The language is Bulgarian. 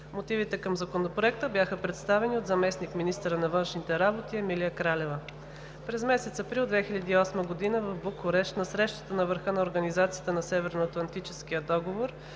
Мотивите към Законопроекта бяха представени от заместник-министъра на външните работи Емилия Кралева. През месец април 2008 г. в Букурещ на Срещата на върха на Организацията на Северноатлантическия договор